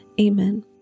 Amen